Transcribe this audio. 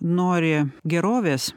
nori gerovės